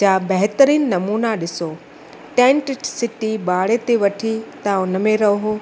जा बहितरीन नमूना ॾिसो टैंट सिटी भाड़े ते वठी तव्हां हुन में रहो